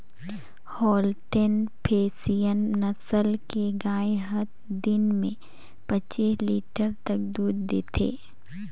Holstein Friesian नसल के गाय हत दिन में पच्चीस लीटर तक दूद देथे